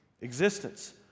Existence